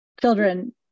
children